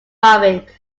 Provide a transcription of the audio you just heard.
irving